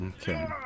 Okay